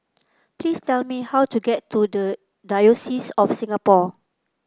please tell me how to get to the Diocese of Singapore